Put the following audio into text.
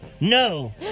No